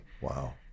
Wow